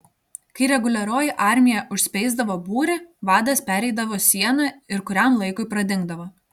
kai reguliarioji armija užspeisdavo būrį vadas pereidavo sieną ir kuriam laikui pradingdavo